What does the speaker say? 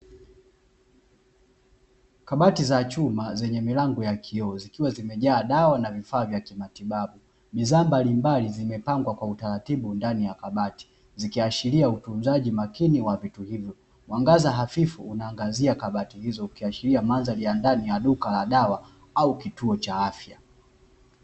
Kabati za chuma zenye milango ya kioo, zikiwa zimejaa dawa na vifaa vya kimatibabu, bidhaa mbalimbali zimepangwa kwa utaratibu ndani ya kabati zikiashiria utunzaji makini wa vitu hivyo. Mwangaza hafifu unaangazia kabati hizo, ikiashiria mandhari ya ndani ya duka la dawa au kituo cha afya.